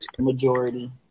Majority